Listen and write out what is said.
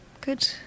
Good